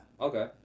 Okay